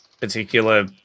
particular